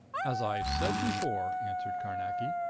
as i said before, answered carnacki.